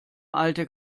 alte